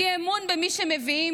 אי-אמון במי שמביאים